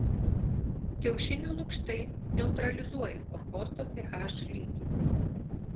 kiaušinių lukštai neutralizuoja komposto ph lygį